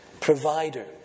provider